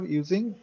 using